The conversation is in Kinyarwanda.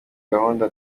gahunda